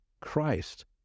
Christ